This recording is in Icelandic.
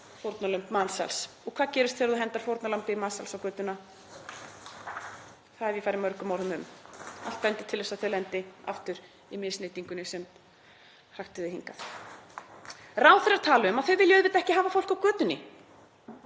fórnarlömb mansals. Og hvað gerist þegar þú hendir fórnarlömbum mansals á götuna? Það hef ég farið mörgum orðum um. Allt bendir til þess að þau lendi aftur í misneytingunni sem hrakti þau hingað. Ráðherrar tala um að þeir vilji auðvitað ekki hafa fólk á götunni.